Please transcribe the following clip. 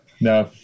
No